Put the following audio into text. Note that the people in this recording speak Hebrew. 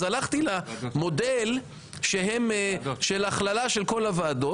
אז הלכתי למודל של הכללה של כל הוועדות